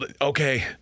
okay